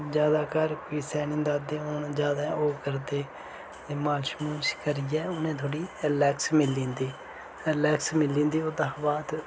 ज्यादा घर किसै नै दादे होन ज्यादा ओह् करदे ते मालिश मुलश करियै उनें थोह्ड़ी रिलैक्स मिली जंदी रिलैक्स मिली जंदी ओह्दे शा बाद